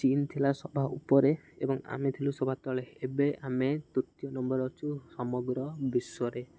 ଚିନ୍ ଥିଲା ସଭା ଉପରେ ଏବଂ ଆମେ ଥିଲୁ ସଭା ତଳେ ଏବେ ଆମେ ତୃତୀୟ ନମ୍ବର ଅଛୁ ସମଗ୍ର ବିଶ୍ୱରେ